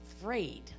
afraid